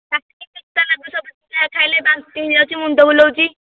ପାଟି ପିତା ଲାଗୁଛି ଯାହା ଖାଇଲେ ସବୁ ବାନ୍ତି ହୋଇଯାଉଛି ମୁଣ୍ଡ ବୁଲଉଛି